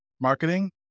marketing